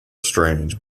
strange